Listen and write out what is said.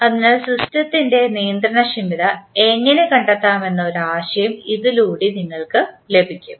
അതിനാൽ സിസ്റ്റത്തിൻറെ നിയന്ത്രണക്ഷമത എങ്ങനെ കണ്ടെത്താമെന്ന ഒരു ആശയം ഇതിലൂടെ നിങ്ങൾക്ക് ലഭിക്കും